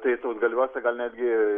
tai sausgalviuose gal netgi